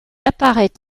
apparaît